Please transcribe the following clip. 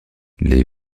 les